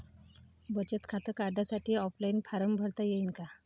बचत खातं काढासाठी ऑफलाईन फारम भरता येईन का?